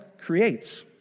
creates